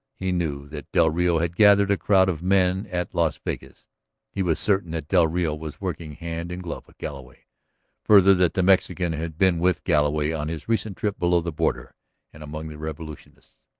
he knew that del rio had gathered a crowd of men at las vegas he was certain that del rio was working hand in glove with galloway further that the mexican had been with galloway on his recent trip below the border and among the revolutionists.